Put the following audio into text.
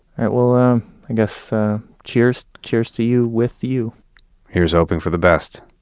right, well i guess, cheers. cheers to you with you here's hoping for the best